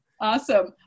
Awesome